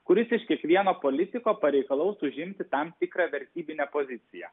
kuris iš kiekvieno politiko pareikalaus užimti tam tikrą vertybinę poziciją